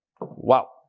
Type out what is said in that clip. Wow